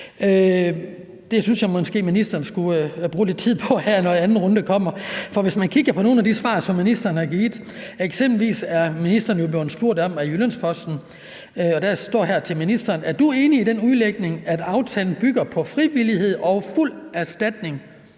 det synes jeg måske ministeren skulle bruge lidt tid på her, når anden runde kommer. For man kan kigge på nogle af de svar, som ministeren har givet. Eksempelvis er ministeren jo blevet spurgt om dette af Jyllands-Posten: »Er du enig i den udlægning: at aftalen bygger på frivillighed og fuld erstatning